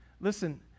Listen